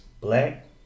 black